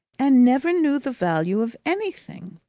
and never knew the value of anything!